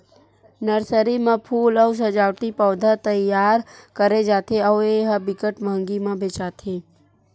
nursery म फूल अउ सजावटी पउधा तइयार करे जाथे अउ ए ह बिकट मंहगी म बेचाथे